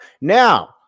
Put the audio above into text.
Now